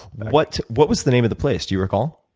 what what was the name of the place? do you recall?